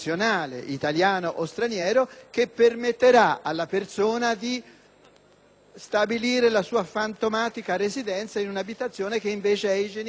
stabilire la sua fantomatica residenza in un'abitazione che invece è igienicamente buona.